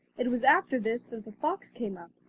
it was after this that the fox came up,